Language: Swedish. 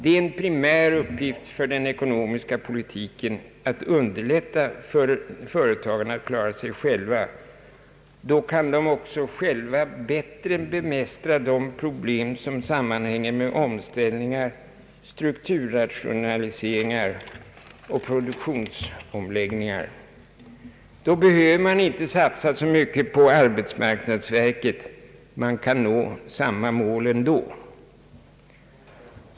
Det är en primär uppgift för den ekonomiska politiken att underlätta för företagen att klara sig själva. Då kan de också själva bättre bemästra de problem som sammanhänger med =: omställningar, strukturrationaliseringar och produktionsomläggningar. Då behöver man inte satsa så mycket på arbetsmarknadsverket, man kan nå samma mål ändå.